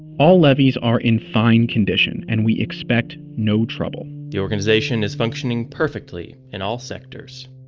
all levees are in fine condition, and we expect no trouble the organization is functioning perfectly in all sectors.